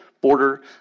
Border